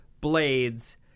blades